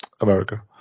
America